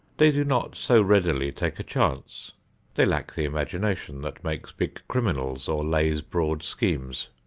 they do not so readily take a chance they lack the imagination that makes big criminals or lays broad schemes.